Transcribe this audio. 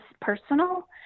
personal